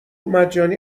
مجانی